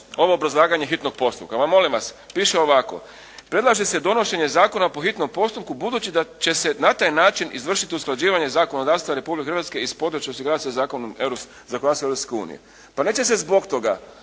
ovo obrazlaganje hitnog postupka. Ma molim vas piše ovako: «Predlaže se donošenje zakona po hitnom postupku budući da će se na taj način izvršiti usklađivanje zakonodavstva Republike Hrvatske iz područja … /Govornik se ne razumije./ … sa zakonom,